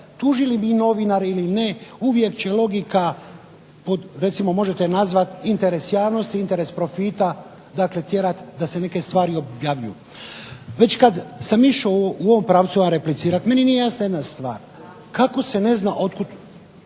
tužili vi novinare ili ne, uvijek će logika, možete je nazvati interes javnosti, interes profita tjerati da se neke stvari objavljuju. Već kada sam išao u ovom pravcu vam replicirati, meni nije jasna jedna stvar, kako se ne zna otkud